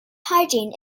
hygiene